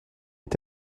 est